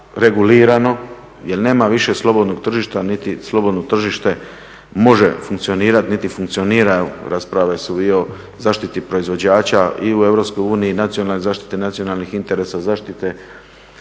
regulirano jer nema više slobodnog tržišta niti slobodno tržište može funkcionirati niti funkcionira. Rasprave su i o zaštiti proizvođača i u EU i zaštite nacionalnih interesa, zaštite